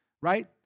right